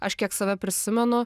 aš kiek save prisimenu